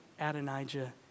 Adonijah